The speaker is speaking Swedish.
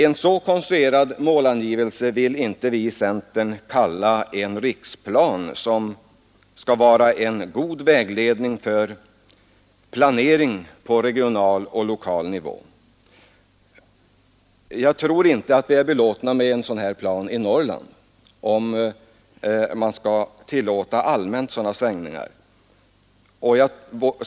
En så konstruerad målangivelse vill inte vi i centern kalla en riksplan, som skall vara en god vägledning för planering på regional och lokal nivå. Jag tror inte att man är belåten med en sådan här plan i Norrland, om så stora svängningar allmänt skall tillåtas.